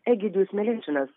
egidijus milinšinas